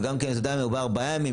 וגם אם אדם בא לבית החולים ארבעה ימים,